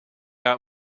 out